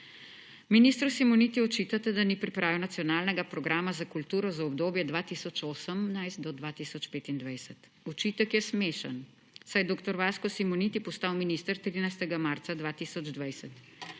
Ministru Simonitiju očitate, da ni pripravil Nacionalnega programa za kulturo za obdobje 2018 do 2025. Očitek je smešen, saj je dr. Vasko Simoniti postal minister 13. marca 2020;